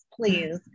please